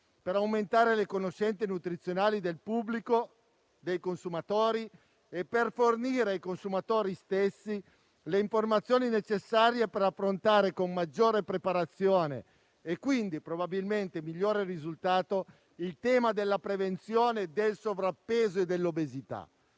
per aumentare le conoscenze nutrizionali del pubblico e dei consumatori e per fornire ai consumatori stessi le informazioni necessarie per affrontare con maggiore preparazione, e quindi probabilmente con un migliore risultato, il tema della prevenzione del sovrappeso e dell'obesità.